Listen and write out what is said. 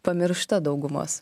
pamiršta daugumos